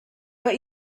but